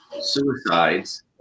suicides